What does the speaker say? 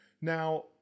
Now